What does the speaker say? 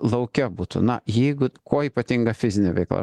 lauke būtų na jeigu kuo ypatinga fizinė veikla